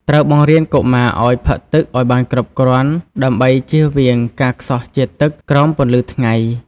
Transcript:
ត្រូវបង្រៀនកុមារឱ្យ ផឹកទឹក ឱ្យបានគ្រប់គ្រាន់ដើម្បីជៀសវាងការខ្សោះជាតិទឹកក្រោមពន្លឺថ្ងៃ។